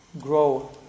grow